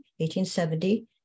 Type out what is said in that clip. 1870